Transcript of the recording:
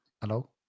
Hello